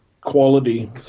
quality